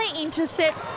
intercept